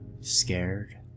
scared